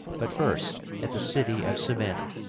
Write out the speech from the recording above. but first at the city of savannah.